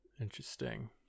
Interesting